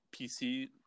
PC